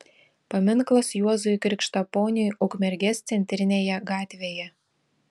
paminklas juozui krikštaponiui ukmergės centrinėje gatvėje